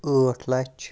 ٲٹھ لَچھ